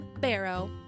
Barrow